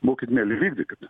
būkit mieli vykdykit